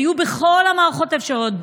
היו בכל המערכות האפשריות.